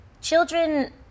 children